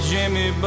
Jimmy